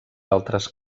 altres